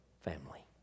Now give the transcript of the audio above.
family